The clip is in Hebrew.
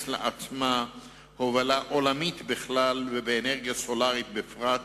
לעצמה הובלה עולמית בכלל ובאנרגיה סולרית בפרט